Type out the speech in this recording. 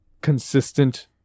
consistent